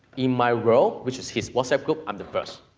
in my row, which is his whatsapp group, i'm the first.